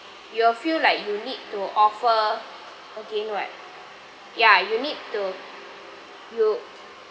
you will feel like you need to offer again right ya you need to you